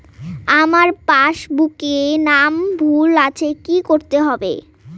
আমার পাসবুকে নাম ভুল আছে কি করতে হবে?